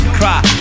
cry